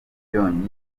byonyine